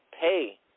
pay